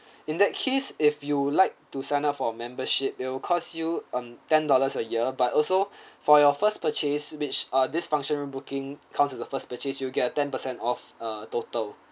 in that case if you'd like to sign up for a membership it'll cost you um ten dollars a year but also for your first purchase which ah this function room booking counts as the first purchase you will get ten percent off uh total